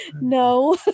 no